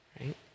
Right